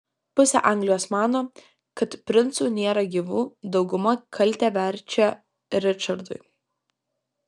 pusė anglijos mano kad princų nėra gyvų dauguma kaltę verčia ričardui